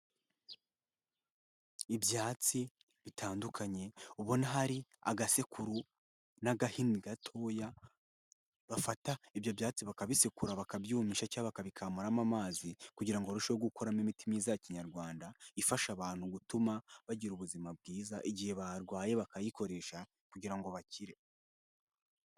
Ibyatsi bitandukanye ubona hari agasekuru n'agahini gatoya, bafata ibyo byatsi bakabisekura, bakabyumisha cyangwa bakabikamuramo amazi kugira ngo barusheho gukuramo imiti myiza ya kinyarwanda ifasha abantu gutuma bagira ubuzima bwiza igihe barwaye bakayikoresha kugira ngo bakire.